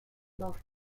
loaf